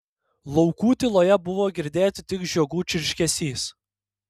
laukų tyloje buvo girdėti tik žiogų čirškesys